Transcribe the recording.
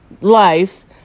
life